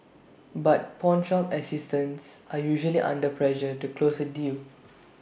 but pawnshop assistants are usually under pressure to close A deal